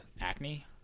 acne